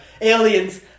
aliens